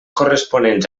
corresponents